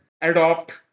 adopt